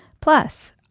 Plus